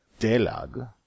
DELAG